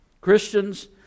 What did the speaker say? Christians